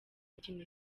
mikino